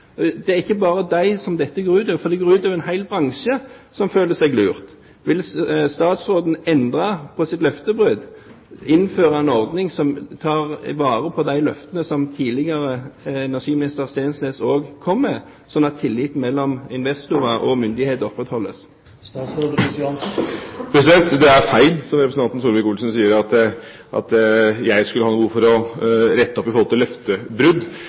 dette går ut over. Det går ut over en hel bransje, som føler seg lurt. Vil statsråden endre på sitt løftebrudd, innføre en ordning som tar vare på de løftene som tidligere energiminister Steensnæs kom med, slik at tilliten mellom investorer og myndigheter beholdes? Det er feil det representanten Solvik-Olsen sier, at jeg skulle ha behov for å rette opp løftebrudd. Det som nå er gjort i prosessen med Sverige rundt grønne sertifikater, er offensivt, og det kommer til